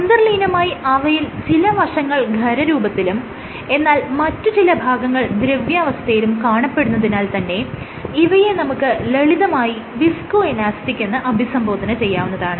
അന്തർലീനമായി അവയിൽ ചില വശങ്ങൾ ഖരരൂപത്തിലും എന്നാൽ മറ്റ് ചില ഭാഗങ്ങൾ ദ്രവ്യാവസ്ഥയിലും കാണപെടുന്നതിനാൽ തന്നെ ഇവയെ നമുക്ക് ലളിതമായി വിസ്കോ ഇലാസ്റ്റിക് എന്ന് അഭിസംബധന ചെയ്യാവുന്നതാണ്